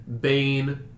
Bane